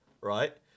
Right